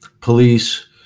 police